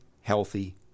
healthy